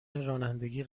رانندگی